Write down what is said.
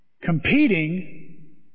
competing